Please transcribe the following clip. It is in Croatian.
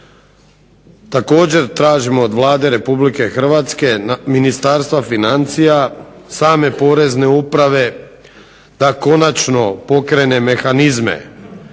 Također tražimo od Vlade Republike Hrvatske, Ministarstva financija, same Porezne uprave da konačno pokrene mehanizme